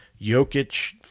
Jokic